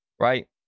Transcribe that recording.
right